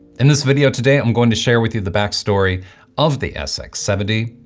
in this video today i'm going to share with you the back story of the sx seventy,